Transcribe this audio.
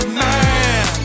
man